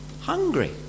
hungry